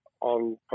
on